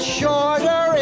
shorter